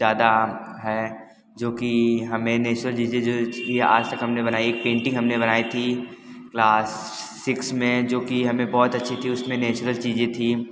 ज़्यादा है जो कि हमें आज तक हमने बनाई एक पेंटिंग हमने बनाई थी क्लास सिक्स में जो कि हमें बहुत अच्छी थी उसमें नेचुरल चीजें थी